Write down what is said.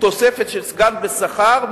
תוספת של סגן בשכר,